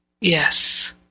Yes